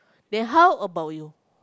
then how about you